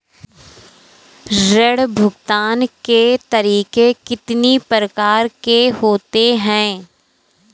ऋण भुगतान के तरीके कितनी प्रकार के होते हैं?